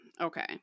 okay